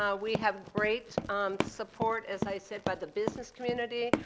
ah we have great support, as i said, by the business community.